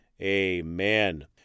amen